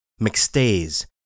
McStay's